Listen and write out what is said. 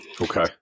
Okay